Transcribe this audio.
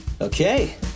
Okay